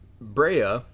Brea